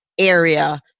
Area